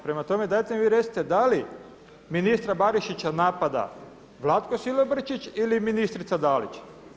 Prema tome dajte vi recite da li ministra Barišića napada Vlatko Silobrčić ili ministrica Dalić?